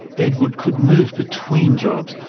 edward could move between jobs,